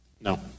No